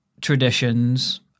traditions